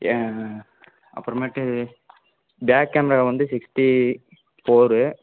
என் அப்புறமேட்டு back camera வந்து sixty four